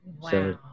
Wow